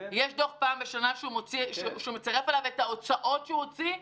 יש דוח פעם בשנה שהוא מצרף אליו את ההוצאות שהוא הוציא?